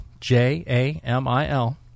J-A-M-I-L